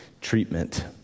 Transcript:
treatment